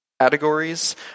categories